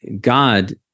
God